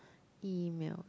email